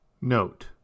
Note